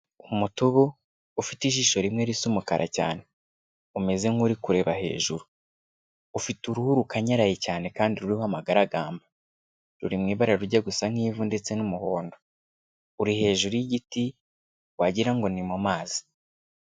Umutubu ufite ijisho rimwe risa umukara cyane, umeze nk'uri kureba hejuru, ufite uruhu rukanyaraye cyane kandi ruriho amagaragamba, ruri mu ibara rujya gusa nk'ivu ndetse n'umuhondo, uri hejuru y'igiti wagira ngo ni mu mazi.